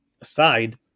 aside